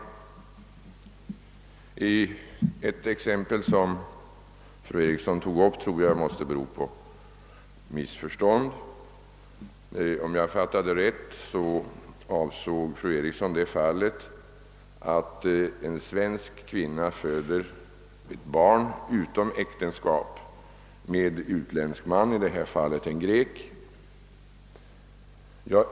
Ett av fru Erikssons exempel måste bygga på ett missförstånd. Fru Eriksson tog nämligen exemplet, att en svensk kvinna föder ett barn utom äktenskapet och fadern är en utländsk man — i detta fall en grek.